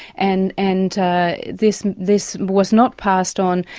and and this this was not passed on.